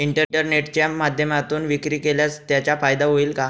इंटरनेटच्या माध्यमातून विक्री केल्यास त्याचा फायदा होईल का?